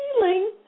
feeling